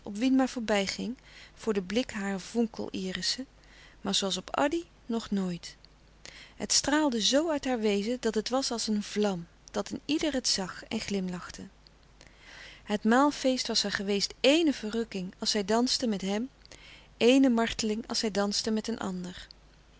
stille kracht den blik harer vonkel irissen maar zooals op addy nog nooit het straalde zoo uit haar wezen dat het was als een vlam dat een ieder het zag en glimlachte het maal feest was haar geweest eéne verrukking als zij danste met hem ééne marteling als hij danste met een ander